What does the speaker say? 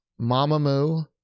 Mamamoo